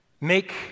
Make